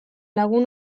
lagun